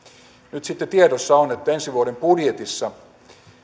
nyt tiedossa on että ensi vuoden budjetista